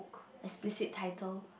explicit title